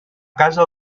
casa